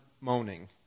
moaning